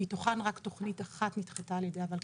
מתוכן רק תכנית אחת נדחתה על ידי הוולקחש"פ,